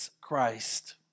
Christ